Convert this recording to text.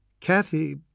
Kathy